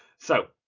so,